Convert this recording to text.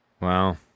Wow